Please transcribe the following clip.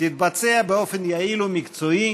תתבצע באופן יעיל ומקצועי,